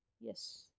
Yes